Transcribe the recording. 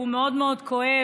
שהוא מאוד מאוד כואב.